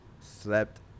slept